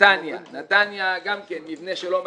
בנתניה גם כן מבנה שלא מתאים,